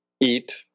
eat